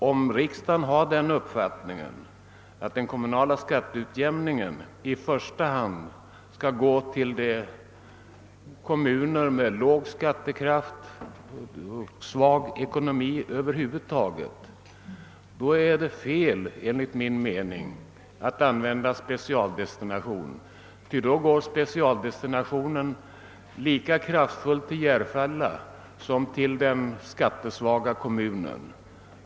Om riksdagen har den uppfattningen att den kommunala skatteutjämningen i första hand skall ta sikte på kommuner med låg skattekraft och svag ekonomi över huvud taget är det enligt min mening oriktigt att använda specialdestinationer. Sådana går både till en kommun som Järfälla och till skatte svaga kommuner.